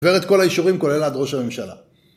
עובר את כל האישורים כולל עד ראש הממשלה